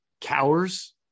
cowers